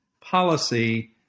policy